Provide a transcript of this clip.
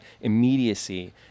immediacy